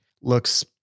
looks